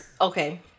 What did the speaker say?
okay